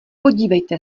podívejte